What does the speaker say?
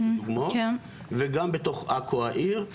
וגם בתוך עכו העיר.